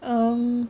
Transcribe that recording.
um